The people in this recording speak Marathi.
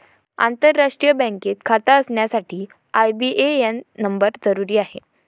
आंतरराष्ट्रीय बँकेत खाता असण्यासाठी आई.बी.ए.एन नंबर जरुरी आहे